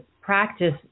practice